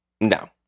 No